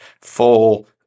full